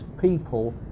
people